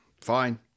Fine